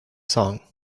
song